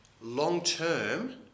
Long-term